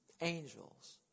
angels